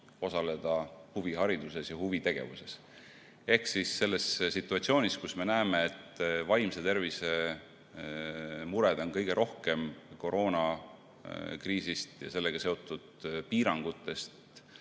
osaleda huvihariduses ja huvitegevuses. Selles situatsioonis, kus me näeme, et vaimse tervise mured koroonakriisi ja sellega seotud piirangute